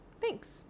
Thanks